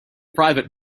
private